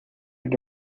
que